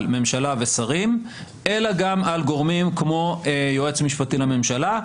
ממשלה ושרים אלא גם על גורמים כמו יועץ משפטי לממשלה,